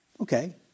Okay